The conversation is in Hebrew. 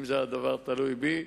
אם הדבר היה תלוי בי.